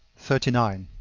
thirty nine.